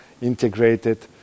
integrated